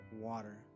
water